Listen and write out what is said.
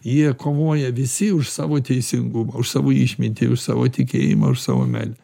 jie kovoja visi už savo teisingumą už savo išmintį už savo tikėjimą už savo meilę